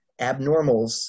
abnormals